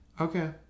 Okay